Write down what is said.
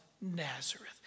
Nazareth